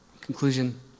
conclusion